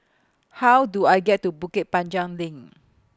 How Do I get to Bukit Panjang LINK